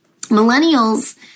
Millennials